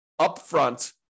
upfront